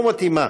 6084,